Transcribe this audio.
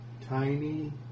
tiny